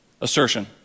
assertion